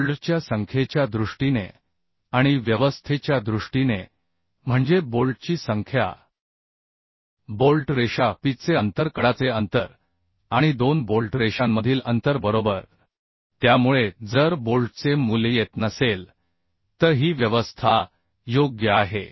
बोल्टच्या संख्येच्या दृष्टीने आणि व्यवस्थेच्या दृष्टीने म्हणजे बोल्टची संख्या बोल्ट रेषा पिचचे अंतर कडाचे अंतर आणि दोन बोल्ट रेषांमधील अंतर बरोबर त्यामुळे जर बोल्टचे मूल्य येत नसेल तर ही व्यवस्था योग्य आहे